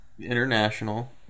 International